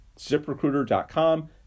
ziprecruiter.com